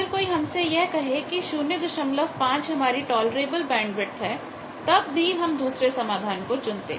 अगर कोई हमसे यह कहे कि 05 हमारी टॉलरेबल बैंडविथ है तब भी हम दूसरे समाधान को चुनते